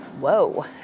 Whoa